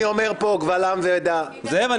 אני אומר פה קבל עם ועדה -- זאב,